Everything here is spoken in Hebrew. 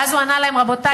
ואז הוא ענה להם: רבותי,